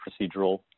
procedural